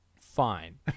fine